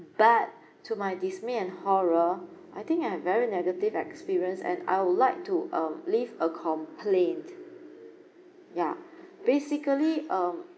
but to my dismay and horror I think I have very negative experience and I would like to um leave a complain ya basically um